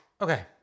Okay